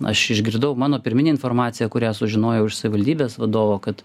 aš išgirdau mano pirminė informacija kurią sužinojau iš savivaldybės vadovo kad